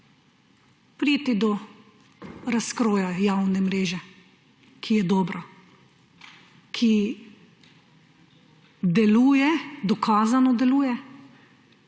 priti do razkroja javne mreže, ki je dobra, ki deluje, dokazano deluje.